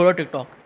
TikTok